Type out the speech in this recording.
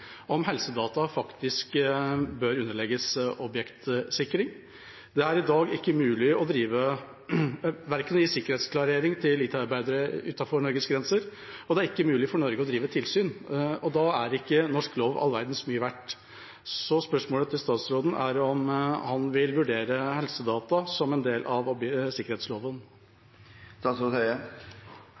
i dag ikke mulig å gi IT-arbeidere utenfor Norges grenser sikkerhetsklarering, og det er ikke mulig for Norge å drive tilsyn. Da er ikke norsk lov all verdens mye verdt. Spørsmålet til statsråden er om han vil vurdere helsedata som en del av sikkerhetsloven.